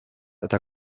eta